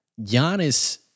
Giannis